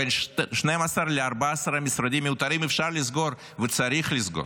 בין 12 ל-14 משרדים מיותרים אפשר לסגור וצריך לסגור,